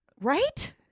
right